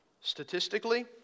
Statistically